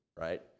right